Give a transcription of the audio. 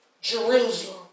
Jerusalem